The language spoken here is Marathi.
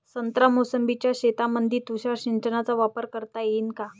संत्रा मोसंबीच्या शेतामंदी तुषार सिंचनचा वापर करता येईन का?